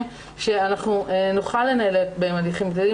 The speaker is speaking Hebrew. שאנחנו נוכל לנהל בהם הליכים פליליים,